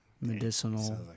medicinal